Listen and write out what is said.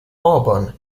auburn